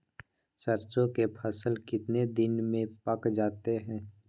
सरसों के फसल कितने दिन में पक जाते है?